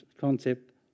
concept